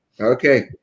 Okay